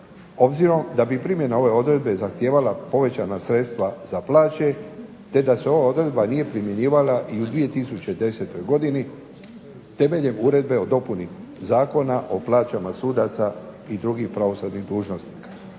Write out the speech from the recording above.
obzirom da bi primjena ove odredbe zahtijevala povećana sredstva za plaće te da se ova odredba nije primjenjivala i u 2010. godini temeljem Uredbe o dopuni Zakona o plaćama sudaca i drugih pravosudnih dužnosnika.